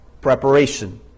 preparation